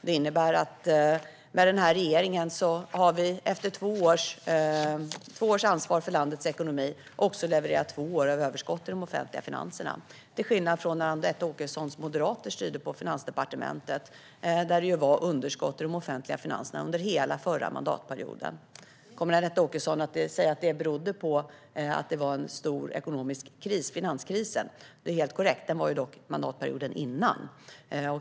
Det innebär att vi, efter att denna regering har haft ansvar för landets ekonomi i två år, har levererat ett överskott i de offentliga finanserna i två år - till skillnad från när Anette Åkessons moderater styrde på Finansdepartementet, då det var underskott i de offentliga finanserna under hela den förra mandatperioden. Nu kommer Anette Åkesson att säga att det berodde på finanskrisen, och det är helt korrekt - men den ägde rum under mandatperioden innan.